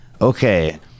okay